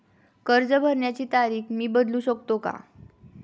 कर्ज भरण्याची तारीख मी बदलू शकतो का?